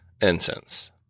incense